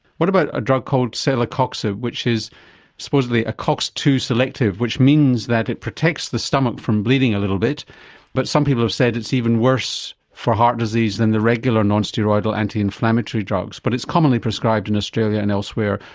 what about a drug called celecoxib which is supposedly a cox two selective which means that it protects the stomach from bleeding a little bit but some people have said it's even worse for heart disease than the regular non-steroidal anti-inflammatory drugs but it's commonly prescribed in australia and elsewhere.